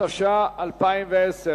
התש"ע 2010,